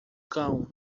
cão